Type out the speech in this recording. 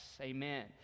Amen